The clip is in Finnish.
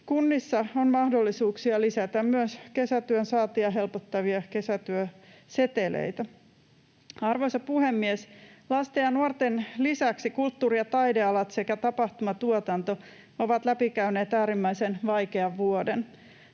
Kunnissa on mahdollisuuksia lisätä myös kesätyön saantia helpottavia kesätyöseteleitä. Arvoisa puhemies! Lasten ja nuorten lisäksi kulttuuri‑ ja taidealat sekä tapahtumatuotanto ovat läpikäyneet äärimmäisen vaikean vuoden.